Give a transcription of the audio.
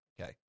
okay